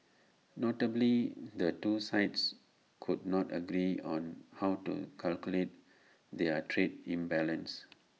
notably the two sides could not agree on how to calculate their trade imbalance